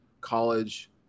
college